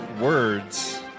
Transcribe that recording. words